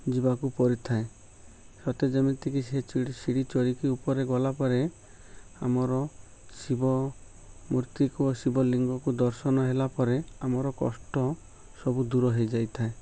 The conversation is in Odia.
ଯିବାକୁ ପଡ଼ିଥାଏ ସତେ ଯେମିତିକି ସେ ସିଡ଼ି ଚଢ଼ିକି ଉପରେ ଗଲାପରେ ଆମର ଶିବ ମୂର୍ତ୍ତିକୁ ଶିବଲିିଙ୍ଗକୁ ଦର୍ଶନ ହେଲା ପରେ ଆମର କଷ୍ଟ ସବୁ ଦୂର ହେଇଯାଇଥାଏ